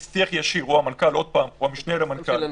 יש שיח ישיר, או המנכ"ל עוד פעם, או המשנה למנכ"ל